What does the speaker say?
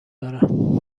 دارم